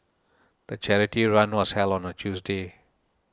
the charity run was held on a Tuesday